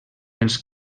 els